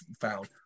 found